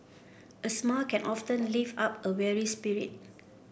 a smile can often lift up a weary spirit